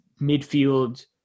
midfield